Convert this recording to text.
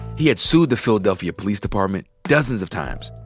he had sued the philadelphia police department dozens of times.